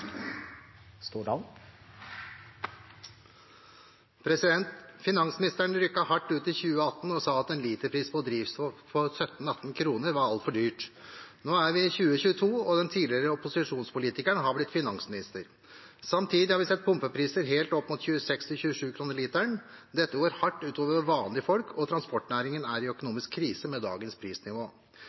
i 2018 og sa at en literpris på drivstoff på 17–18 kroner var altfor dyrt. Nå er vi i 2022, og den tidligere opposisjonspolitikeren har blitt finansminister. Samtidig har vi sett pumpepriser helt opp mot 26–27 kr/l. Dette går hardt ut over vanlige folk, og transportnæringen er i økonomisk krise med dagens prisnivå.